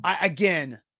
again